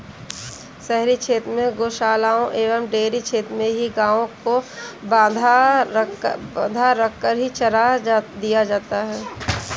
शहरी क्षेत्र में गोशालाओं एवं डेयरी क्षेत्र में ही गायों को बँधा रखकर ही चारा दिया जाता है